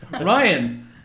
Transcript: Ryan